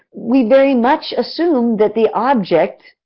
we very much assume that the object,